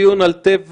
דיון על טבע,